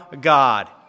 God